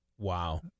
Wow